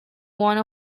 one